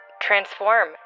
transform